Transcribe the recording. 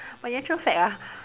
but in actual fact ah